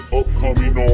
upcoming